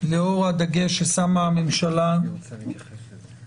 לאור הדגש ששמה הממשלה, ובצדק,